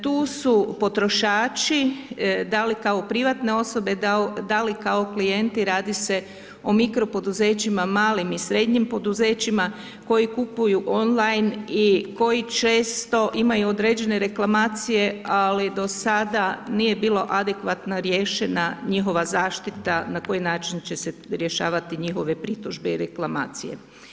Tu su potrošači, da li kao privatne osobe da li kao klijenti, radi se o mikropoduzećima, malim i srednjim poduzećima, koji kupuju online i koji često imaju određene reklamacije, ali do sada nije bilo adekvatno riješena njihova zaštita, na koji način će se rješavati njihove pritužbe i reklamacije.